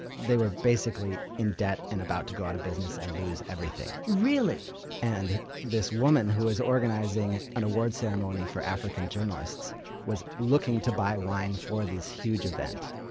they were basically in debt and about to go out of business and lose everything and this woman who was organizing an awards ceremony for african journalists was looking to buy wine for this huge event.